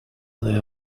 their